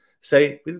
say